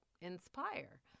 inspire